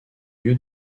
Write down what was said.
lieu